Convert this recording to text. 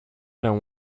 don’t